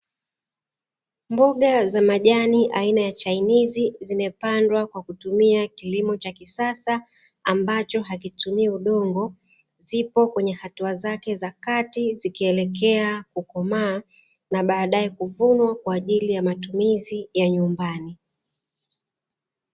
Mboga za majani aina ya chainizi zimepandwa kwa kutumia kilimo cha kisasa ambacho hakitumii udongo, zipo hatua zake za kati zikielekea kukomaa na baadaye kuvunwa kwa ajili ya matumizi ya nyumbani.